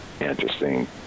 interesting